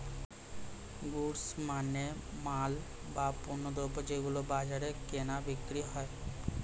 goods মানে মাল, বা পণ্যদ্রব যেগুলো বাজারে কেনা বিক্রি হয়